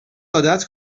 عادت